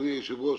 אדוני היושב-ראש,